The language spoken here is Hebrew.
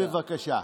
בבקשה.